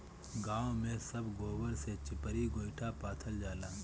गांव में सब गोबर से चिपरी गोइठा पाथल जाला